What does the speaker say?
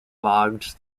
logs